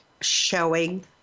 showing